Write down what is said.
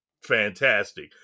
fantastic